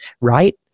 right